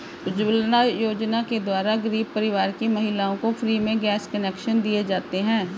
उज्जवला योजना द्वारा गरीब परिवार की महिलाओं को फ्री में गैस कनेक्शन दिए जाते है